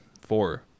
Four